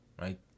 right